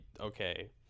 Okay